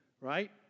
Right